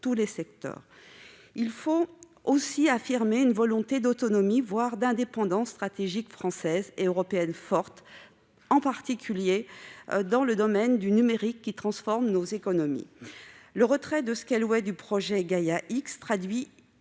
Il faut aussi affirmer une volonté d'autonomie, voire d'indépendance stratégique, française et européenne forte, en particulier dans le domaine du numérique, qui transforme nos économies. Le retrait de Scaleway du projet Gaïa-X traduit l'échec